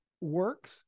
works